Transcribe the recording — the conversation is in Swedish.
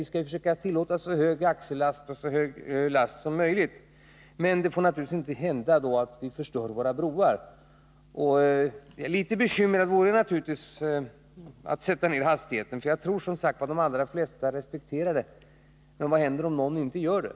Vi skall försöka tillåta så stor last som möjligt, men det får naturligtvis inte bli så, att vi förstör våra broar. Litet oroad för att sänka hastigheten är jag naturligtvis. Jag tror, som sagt, att de allra flesta respekterar bestämmelserna, men vad händer om någon inte gör det?